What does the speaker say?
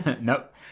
Nope